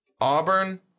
Auburn